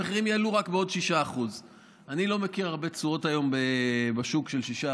המחירים יעלו רק בעוד 6%. אני לא מכיר הרבה תשואות היום בשוק של 6%,